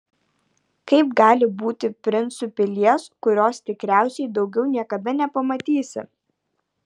kaip gali būti princu pilies kurios tikriausiai daugiau niekada nepamatysi